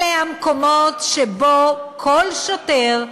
אלה המקומות שבהם כל שוטר,